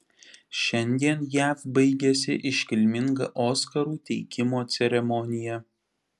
šiandien jav baigėsi iškilminga oskarų teikimo ceremonija